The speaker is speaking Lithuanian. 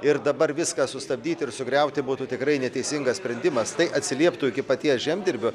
ir dabar viską sustabdyti ir sugriauti būtų tikrai neteisingas sprendimas tai atsilieptų iki paties žemdirbio